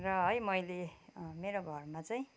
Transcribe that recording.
र है मैले मेरो घरमा चाहिँ